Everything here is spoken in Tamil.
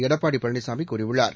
எடப்பாடிபழனிசாமிகூறியுள்ளார்